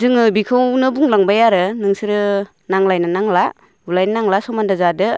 जोङो बेखौनो बुंलांबाय आरो नोंसोरो नांज्लायनो नांला बुलायनो नांला समाधान जादो